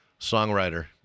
songwriter